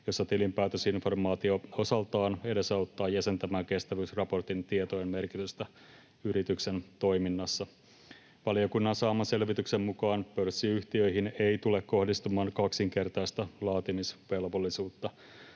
jossa tilinpäätösinformaatio osaltaan edesauttaa jäsentämään kestävyysraportin tietojen merkitystä yrityksen toiminnassa. Valiokunnan saaman selvityksen mukaan pörssiyhtiöihin ei tule kohdistumaan kaksinkertaista laatimisvelvollisuutta.